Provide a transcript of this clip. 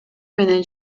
мени